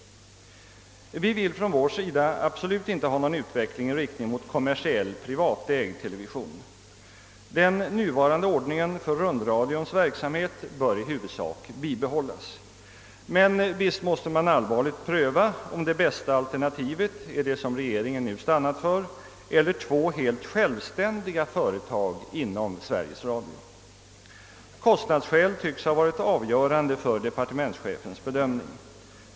Vi vill från vår sida absolut inte ha någon utveckling i riktning mot kommersiell privatägd television. Den nuvarande ordningen för rundradions verksamhet bör i huvudsak bibehållas. Men visst måste man allvarligt pröva om det bästa alternativet är det som regeringen nu stannat för eller två helt självständiga företag inom Sveriges Radio. Kostnadsskäl tycks ha varit avgörande för departementschefens bedömning.